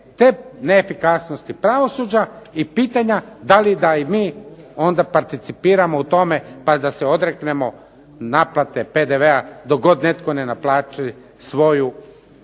te neefikasnosti pravosuđa i pitanja da li da i mi onda participiramo u tome pa da se odreknemo naplate PDV-a dok god netko ne naplati svoju